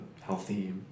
healthy